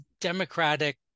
democratic